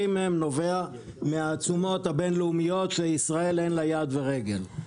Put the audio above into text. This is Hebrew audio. מהן נובע מהתשומות הבין-לאומיות שישראל אין לה יד ורגל בהן.